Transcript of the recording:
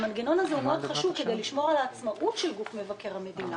המנגנון הזה הוא מאוד חשוב כדי לשמור על העצמאות של גוף מבקר המדינה.